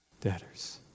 debtors